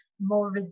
more